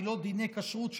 והיא לא דיני הכשרות,